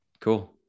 Cool